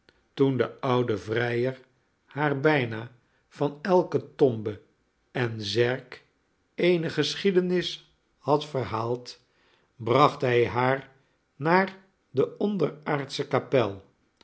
toen de oude vrijer haar bijna van elke tombe en zerk eene geschiedenis had verhaald bracht hij haar naar de onderaardsche kapel